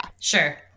Sure